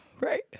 Right